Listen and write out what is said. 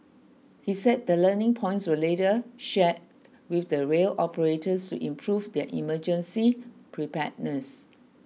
he said the learning points were later shared with the rail operators to improve their emergency preparedness